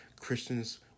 Christians